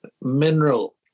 mineral